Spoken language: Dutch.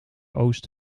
oost